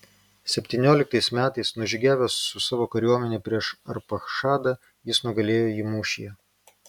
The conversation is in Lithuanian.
septynioliktais metais nužygiavęs su savo kariuomene prieš arpachšadą jis nugalėjo jį mūšyje